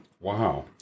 Wow